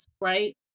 right